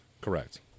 Correct